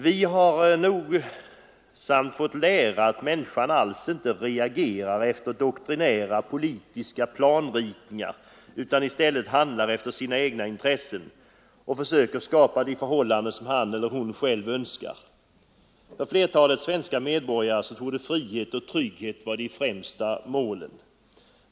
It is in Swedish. Vi har nogsamt fått lära att människan alls inte reagerar efter doktrinära politiska planritningar utan i stället handlar efter sina egna intressen och försöker skapa de förhållanden som han eller hon själv önskar. För flertalet svenska medborgare torde frihet och trygghet vara de främsta målen.